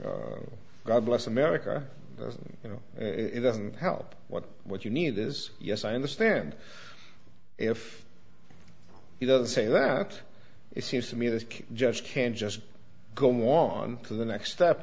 god bless america you know it doesn't help what what you need is yes i understand if he does say that it seems to me this judge can just go on to the next step